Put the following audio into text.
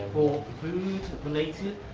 food related,